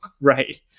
right